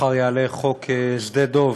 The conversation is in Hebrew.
מחר יעלה חוק שדה דב,